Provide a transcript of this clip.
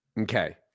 okay